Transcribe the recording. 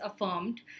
affirmed